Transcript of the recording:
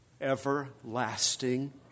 everlasting